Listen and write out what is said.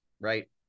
Right